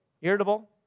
irritable